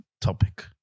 topic